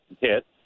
hit